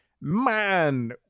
man